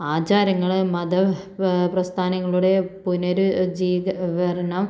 ആചാരങ്ങൾ മത പ്രസ്ഥാനങ്ങളുടെ പുനർ ജീ കരണം